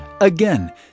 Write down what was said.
Again